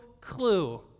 clue